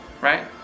Right